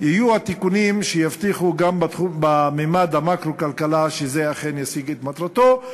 יהיו תיקונים שיבטיחו גם בממד המקרו-כלכלה שזה אכן ישיג את מטרתו,